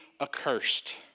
accursed